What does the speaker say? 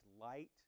light